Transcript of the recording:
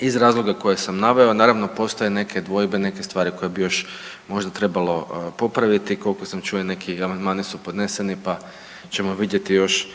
iz razloga koje sam naveo, naravno postoje neke dvojbe, neke stvari koje bi još možda trebalo popraviti. Koliko sam čuo neki amandmani su podneseni pa ćemo vidjeti još